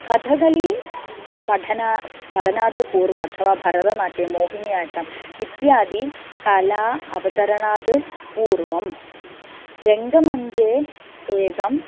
कथकलि पठनं पठनात् पूर्वम् अथवा भरतनाट्यं मोहिनीयाट्टम् इत्यादि कला अवतरणात् पूर्वं रङ्गमञ्चे एकम्